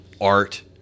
art